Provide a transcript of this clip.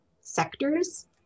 sectors